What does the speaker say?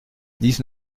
dix